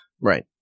Right